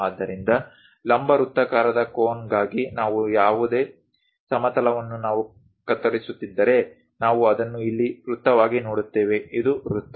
ಆದ್ದರಿಂದ ಲಂಬ ವೃತ್ತಾಕಾರದ ಕೋನ್ಗಾಗಿ ಯಾವುದೇ ಸಮತಲವನ್ನು ನಾವು ಕತ್ತರಿಸುತ್ತಿದ್ದರೆ ನಾವು ಅದನ್ನು ಇಲ್ಲಿ ವೃತ್ತವಾಗಿ ನೋಡುತ್ತೇವೆ ಇದು ವೃತ್ತ